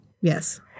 Yes